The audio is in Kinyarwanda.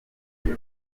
bull